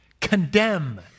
condemn